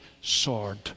sword